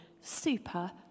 super